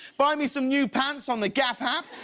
buy me some new pants on the gap app.